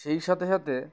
সেই সাথে সাথে